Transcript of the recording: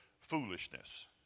foolishness